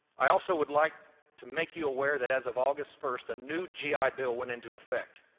i also would like to make you aware that as of august first a new g i. bill went into effect,